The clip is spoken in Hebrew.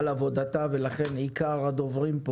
שעובד איתנו צמוד ומחזיק בתחומי אחריות רבים.